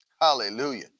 Hallelujah